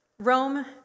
Rome